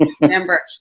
remember